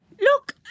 Look